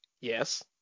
Yes